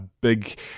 big